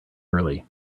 early